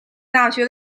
大学